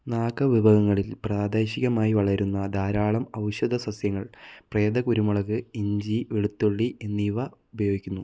നാഗ വിഭവങ്ങളിൽ പ്രാദേശികമായി വളരുന്ന ധാരാളം ഔഷധസസ്യങ്ങൾ പ്രേത കുരുമുളക് ഇഞ്ചി വെളുത്തുള്ളി എന്നിവ ഉപയോഗിക്കുന്നു